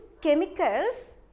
chemicals